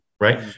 right